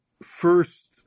first